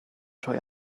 trwy